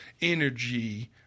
energy